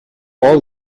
all